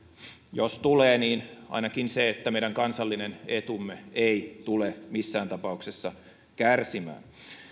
jos tulee ainakin se että meidän kansallinen etumme ei tule missään tapauksessa kärsimään